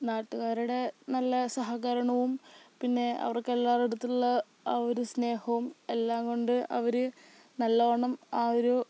നാട്ടുകാരുടെ നല്ല സഹകരണവും പിന്നെ അവർക്കെല്ലാവരുടെയും അടുത്തുള്ള ആ ഒരു സ്നേഹവും എല്ലാം കൊണ്ട് അവര് നല്ലോണം ആ ഒരു